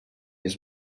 his